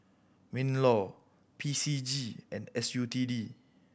MinLaw P C G and S U T D